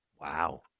Wow